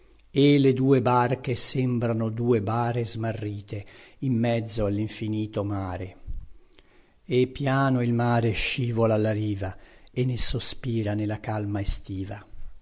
e le due barche sembrano due bare smarrite in mezzo allinfinito mare e piano il mare scivola alla riva e ne sospira nella calma estiva